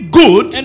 good